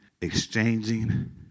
exchanging